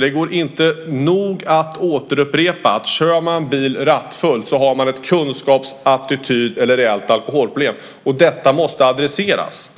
Det går inte nog att återupprepa att om man kör bil rattfull så har man ett kunskaps-, ett attityd eller ett reellt alkoholproblem. Detta måste adresseras.